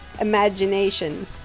imagination